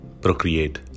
procreate